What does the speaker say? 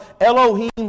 Elohim